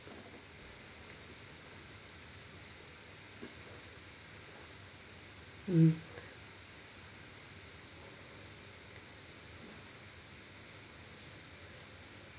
mm